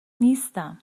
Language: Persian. نیستم